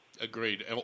agreed